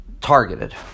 targeted